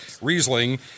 Riesling